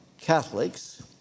Catholics